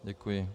Děkuji.